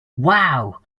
wow